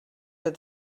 that